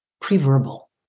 pre-verbal